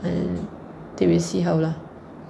and they will see how lah